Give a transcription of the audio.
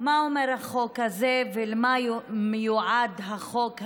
מה אומר החוק הזה ולמה מיועד החוק הזה,